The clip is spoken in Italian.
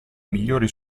migliori